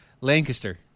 Lancaster